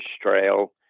trail